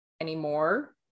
anymore